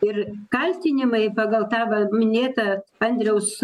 ir kaltinimai pagal tą va minėtą andriaus